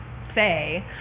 say